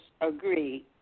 agree